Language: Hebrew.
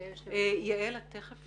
תכף